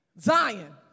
Zion